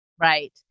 Right